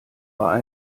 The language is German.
bei